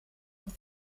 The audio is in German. und